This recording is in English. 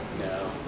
No